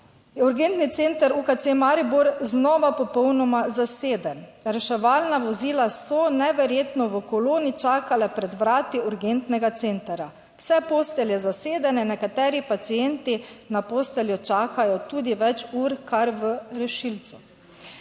urgentni center UKC Maribor znova popolnoma zaseden. Reševalna vozila so, neverjetno, v koloni čakale pred vrati urgentnega centra, vse postelje zasedene, nekateri pacienti na posteljo čakajo tudi več ur kar v rešilcu.